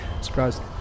Surprised